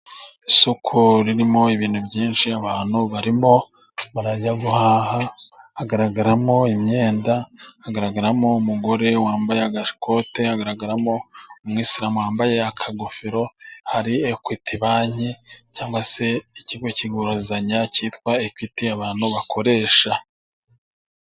Isoko ririmo ibintu byinshi. Abantu barimo barajya guhaha, hagaragaramo imyenda, hagaragaramo umugore wambaye agakote, hagaragaramo umwisilamu wambaye akagofero. Hari Ekwiti Banki cyangwa se ikigo cy'igurizanya cyitwa Ekwiti abantu bakoresha.